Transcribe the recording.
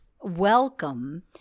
welcome